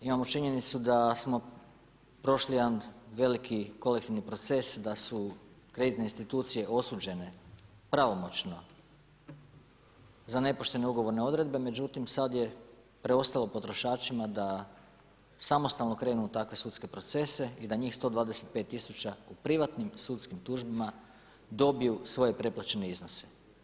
Imamo činjenicu da smo prošli jedan veliki kolektivni proces da su kreditne institucije osuđene pravomoćno za nepoštene ugovorne odredbe međutim sad je preostalo potrošačima da samostalno krenu u takve sudske procese i da njih 125 000 u privatnim sudskim tužbama dobiju svoje preplaćene iznose.